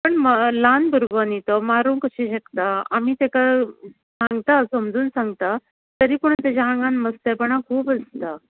मा ल्हान भुरगो न्ही तो मारूंक कशे शकता आमी तेका सांगता समजून सांगता तरी पूण तेज्या आंगान मस्तेपणां खूब आसता